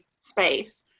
space